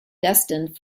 destined